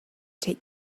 take